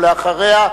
ולאחריה,